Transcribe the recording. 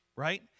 right